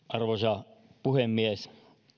arvoisa puhemies